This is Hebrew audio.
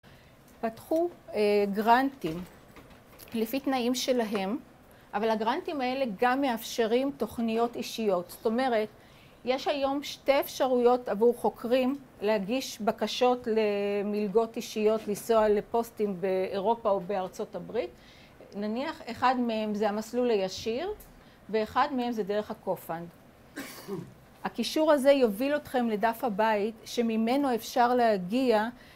פתחו גרנטים, לפי תנאים שלהם, אבל הגרנטים האלה גם מאפשרים תוכניות אישיות. זאת אומרת, יש היום שתי אפשרויות עבור חוקרים להגיש בקשות למלגות אישיות לנסוע לפוסטים באירופה או בארצות הברית. נניח אחד מהם זה המסלול הישיר ואחד מהם זה דרך הכופן. הקישור הזה יוביל אתכם לדף הבית שממנו אפשר להגיע